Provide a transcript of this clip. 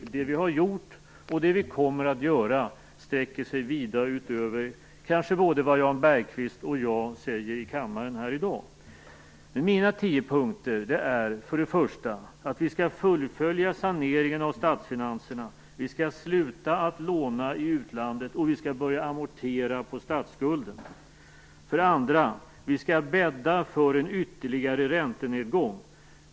Det som vi har gjort och det som vi kommer att göra sträcker sig vida utöver vad kanske både Jan Bergqvist och jag säger i kammaren i dag. Mina tio punkter är följande: 1. Vi skall fullfölja saneringen av statsfinanserna. Vi skall sluta låna i utlandet, och vi skall börja amortera på statsskulden. 2. Vi skall bädda för en ytterligare räntenedgång.